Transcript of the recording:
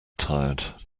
tired